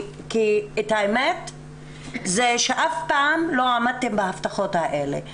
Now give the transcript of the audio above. כי את האמת, זה שאף פעם לא עמדתם בהבטחות האלה.